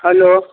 hello